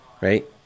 right